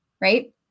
right